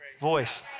voice